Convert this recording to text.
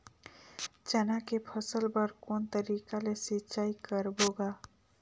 चना के फसल बर कोन तरीका ले सिंचाई करबो गा?